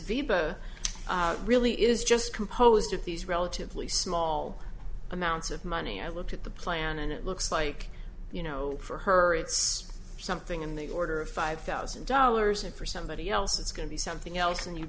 veba really is just composed of these relatively small amounts of money i looked at the plan and it looks like you know for her it's something in the order of five thousand dollars and for somebody else it's going to be something else and you